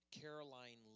Caroline